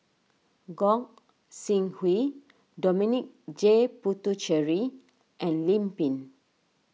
Gog Sing Hooi Dominic J Puthucheary and Lim Pin